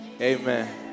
Amen